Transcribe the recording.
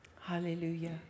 Hallelujah